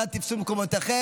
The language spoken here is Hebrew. נא תפסו מקומותיכם.